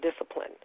discipline